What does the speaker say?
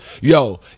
yo